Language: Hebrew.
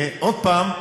עוד פעם,